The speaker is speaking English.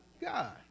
God